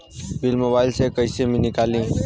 Bill mobile से कईसे निकाली?